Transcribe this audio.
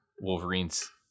Wolverine's